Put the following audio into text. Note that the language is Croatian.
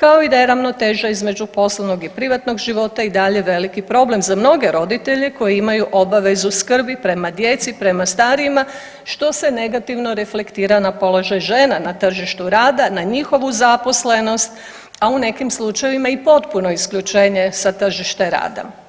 kao i da je ravnoteža između poslovnog i privatnog života i dalje veliki problem za mnoge roditelje koji imaju obavezu skrbi prema djeci, prema starijima što se negativno reflektira na položaj žena na tržištu rada, na njihovu zaposlenost, a u nekim slučajevima i potpuno isključenje sa tržišta rada.